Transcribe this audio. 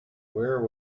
where